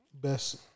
Best